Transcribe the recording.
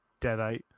deadite